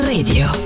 Radio